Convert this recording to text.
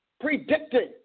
predicting